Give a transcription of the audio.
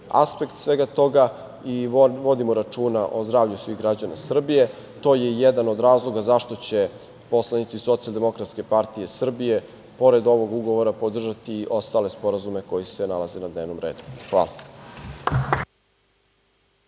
aspekt svega toga. Vodimo računa o zdravlju svih građana Srbije. To je jedan od razloga zašto će poslanice SDPS pored ovog ugovora podržati ostale sporazume koji se nalaze na dnevnom redu.